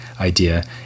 idea